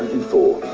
for.